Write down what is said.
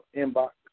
inbox